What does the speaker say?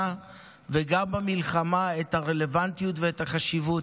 וגם במלחמה את הרלוונטיות ואת החשיבות,